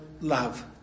love